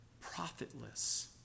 profitless